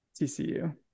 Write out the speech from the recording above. TCU